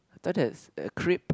I thought that's a crepe